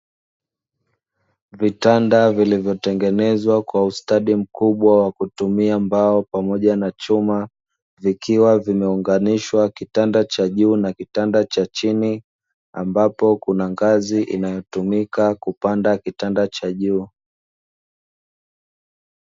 Vitanda vilivotengenezwa kwa ustadi mkubwa wa kutumia mbao pamoja na chuma, vikiwa vimeunganishwa kitanda cha juu na kitanda cha chini. Ambapo kuna ngazi inayotumika kupanda kitanda cha juu.